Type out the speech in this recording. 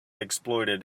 exploited